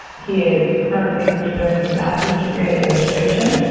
he is currently pursuing his master's degree in administration,